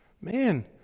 man